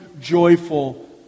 joyful